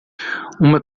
uma